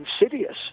insidious